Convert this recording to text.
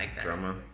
drama